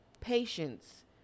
patience